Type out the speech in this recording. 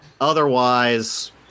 otherwise